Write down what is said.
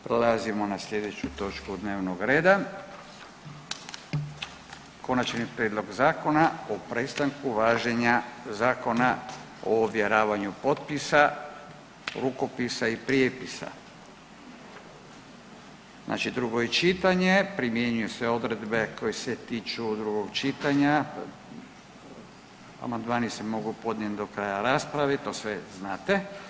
Prelazimo na slijedeću točku dnevnog reda: - Konačni prijedlog Zakona o prestanku važenja Zakona o ovjeravanju potpisa, rukopisa i prijepisa, drugo čitanje, P.Z. broj 266 Primjenjuju se odredbe koje se tiču drugog čitanja, amandmani se mogu podnijeti do kraja rasprave i to sve znate.